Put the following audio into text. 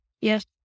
Yes